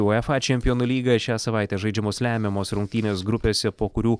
uefa čempionų lygoje šią savaitę žaidžiamos lemiamos rungtynės grupėse po kurių